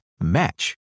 match